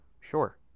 Sure